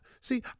See